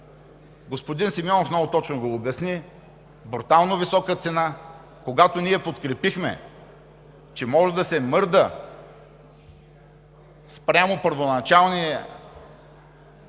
Господин Симеонов много точно го обясни: брутално висока цена. Когато ние подкрепихме, че може да се мърда спрямо първоначалната